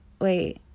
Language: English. Wait